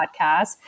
podcast